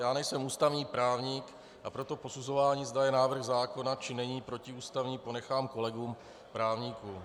Nejsem ústavní právník a proto posuzování, zda návrh zákona je, či není protiústavní, ponechám kolegům právníkům.